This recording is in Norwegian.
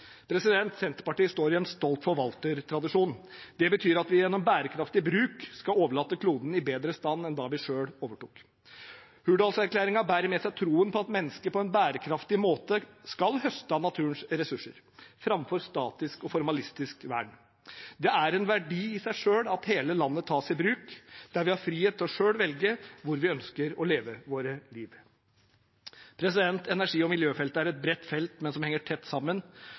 Senterpartiet står i en stolt forvaltertradisjon. Det betyr at vi gjennom bærekraftig bruk skal overlate kloden i bedre stand enn den var da vi overtok den. Hurdalsplattformen bærer med seg troen på at mennesket på en bærekraftig måte skal høste av naturens ressurser, framfor statisk og formalistisk vern. Det er en verdi i seg selv at hele landet tas i bruk, der vi har frihet til selv å velge hvor vi ønsker å leve vårt liv. Energi- og miljøfeltet er et bredt felt, men henger tett sammen.